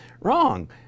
wrong